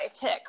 tick